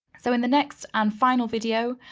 so in the next and final video,